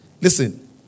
Listen